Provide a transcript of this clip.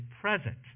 present